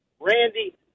Randy